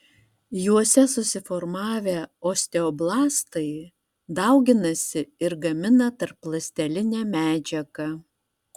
juose susiformavę osteoblastai dauginasi ir gamina tarpląstelinę medžiagą